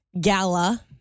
gala